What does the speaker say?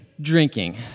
Drinking